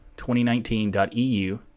2019.eu